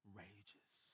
rages